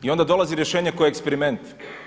I onda dolazi rješenje kao eksperiment.